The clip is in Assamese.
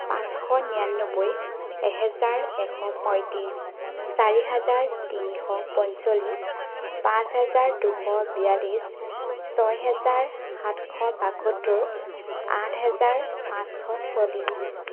পাঁচশ নিৰান্নবৈ এহেজাৰ এশ পঁয়ত্ৰিছ চাৰিহেজাৰ তিনিশ পঞ্চল্লিছ পাঁচ হেজাৰ দুশ বিয়াল্লিছ ছয় হেজাৰ সাতশ বাসত্তৰ আঠ হেজাৰ পাঁচশ চল্লিছ